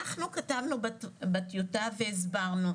אנחנו כתבו בטיוטה והסברנו.